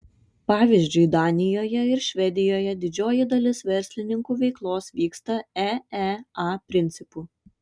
pavyzdžiui danijoje ir švedijoje didžioji dalis verslininkų veiklos vyksta eea principu